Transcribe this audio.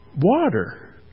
water